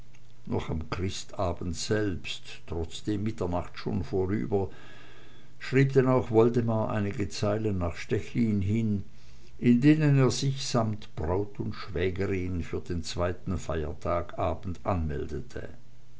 noch am christabend selbst trotzdem mitternacht schon vorüber schrieb denn auch woldemar einige zeilen nach stechlin hin in denen er sich samt braut und schwägerin für den zweiten feiertagabend anmeldete